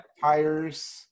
tires